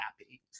happy